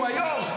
הוא היו"ר,